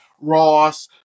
Ross